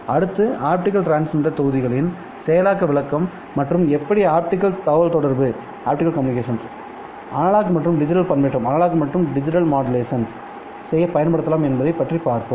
அடுத்து optical transmitter தொகுதிகளின் செயல்பாட்டு விளக்கம் மற்றும் எப்படி ஆப்டிகல் தகவல்தொடர்பு அனலாக் மற்றும் டிஜிட்டல் பண்பேற்றம் செய்ய பயன்படுத்தப்படலாம் என்பதைப் பார்ப்போம்